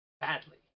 badly